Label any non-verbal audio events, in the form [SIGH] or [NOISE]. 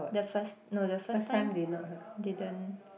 the first no the first time [BREATH] didn't